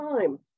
time